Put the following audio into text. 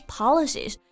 policies